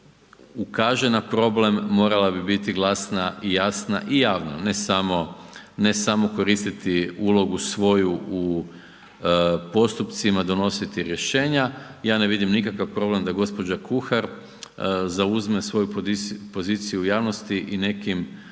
ukaže na problem, morala bi biti glasna i jasna i javno ne samo koristiti ulogu svoju u postupcima, donositi rješenja. Ja ne vidim nikakav problem da gđa. Kuhar zauzme svoju poziciju u javnosti i nekim